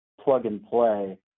plug-and-play